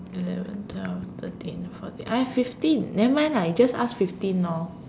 eleven twelve thirteen fourteen I have fifteen nevermind lah you just ask fifteen lor